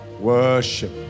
Worship